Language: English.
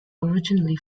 originally